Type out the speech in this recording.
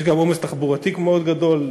יש גם עומס תחבורתי מאוד גדול,